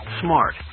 smart